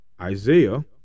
Isaiah